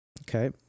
Okay